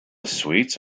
suites